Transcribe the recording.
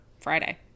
Friday